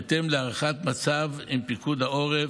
בהתאם להערכת מצב עם פקודת העורף,